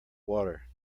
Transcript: water